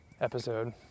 episode